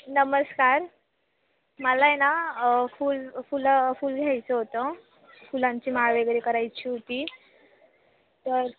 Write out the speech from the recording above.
नमस्कार मला आहे ना फूल फुलं फुल घ्यायचं होतं फुलांची माळ वगैरे करायची होती तर